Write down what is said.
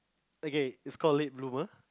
okay it's called late bloomer